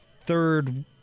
third